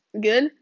good